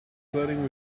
flirting